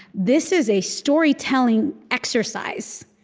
this is a storytelling exercise,